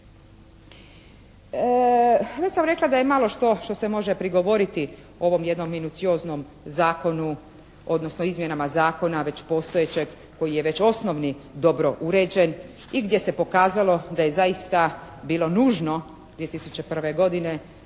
Već sam rekla da je malo što što se može prigovoriti ovom jednom minucioznom zakonu, odnosno izmjenama Zakona već postojećeg koji je već osnovni dobro uređen i gdje se pokazalo da je zaista bilo nužno 2001. godine